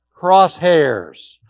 crosshairs